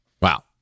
Wow